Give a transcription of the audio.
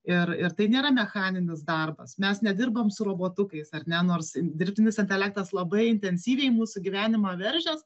ir ir tai nėra mechaninis darbas mes nedirbam su robotukais ar ne nors dirbtinis intelektas labai intensyviai į mūsų gyvenimą veržias